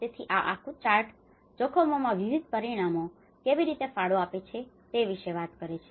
તેથી આ આખું ચાર્ટ chart આલેખ જોખમોમાં વિવિધ પરિમાણો કેવી રીતે ફાળો આપે છે તે વિશે વાત કરે છે